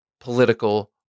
political